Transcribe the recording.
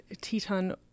Teton